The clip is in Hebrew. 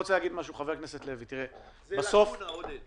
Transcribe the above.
חבר הכנסת לוי, תראה --- זו לקונה, עודד.